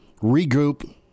regroup